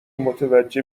متوجه